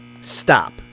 Stop